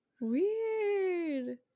Weird